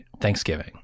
Thanksgiving